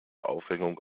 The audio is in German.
aufhängung